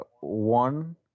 One